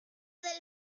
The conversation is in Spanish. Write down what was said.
del